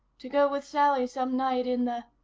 to go with sally some night in the.